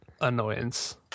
annoyance